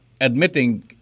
admitting